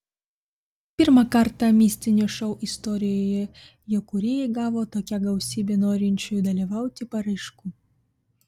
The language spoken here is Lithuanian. pirmą kartą mistinio šou istorijoje jo kūrėjai gavo tokią gausybę norinčiųjų dalyvauti paraiškų